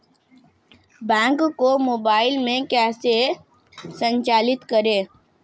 Bank को mobile में कैसे संचालित करें?